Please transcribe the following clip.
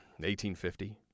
1850